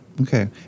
Okay